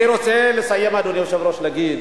אני רוצה לסיים, אדוני היושב-ראש, ולהגיד